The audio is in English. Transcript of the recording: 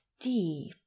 deep